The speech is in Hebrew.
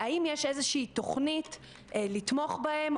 האם יש איזושהי תכנית לתמוך בהם,